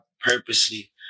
purposely